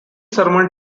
ceremony